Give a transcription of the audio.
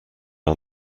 are